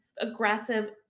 aggressive